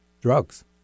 drugs